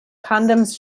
condoms